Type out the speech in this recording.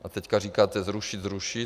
A teď říkáte zrušit, zrušit.